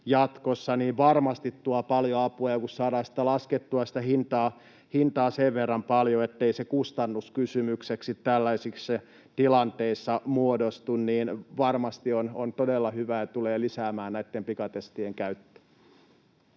varmasti tuo paljon apua, ja kun saadaan sitä hintaa laskettua sen verran paljon, ettei se kustannuskysymykseksi tällaisissa tilanteissa muodostu, niin tämä on varmasti todella hyvä ja tulee lisäämään näitten pikatestien käyttöä.